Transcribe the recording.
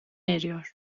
eriyor